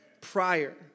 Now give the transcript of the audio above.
prior